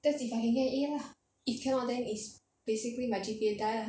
that's if I can get in lah if cannot then is basically my G_P_A die lah